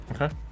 Okay